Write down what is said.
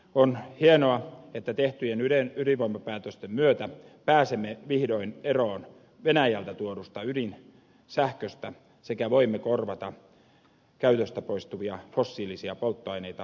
on hienoa että tehtyjen ydinvoimapäätösten myötä pääsemme vihdoin eroon venäjältä tuodusta ydinsähköstä sekä voimme korvata käytöstä poistuvia fossiilisia polttoaineita käyttäviä laitoksia